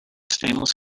stainless